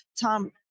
Tom